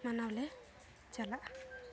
ᱢᱟᱱᱟᱣᱞᱮ ᱪᱟᱞᱟᱜᱼᱟ